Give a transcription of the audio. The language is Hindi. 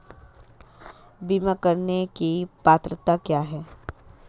बीमा करने की पात्रता क्या है?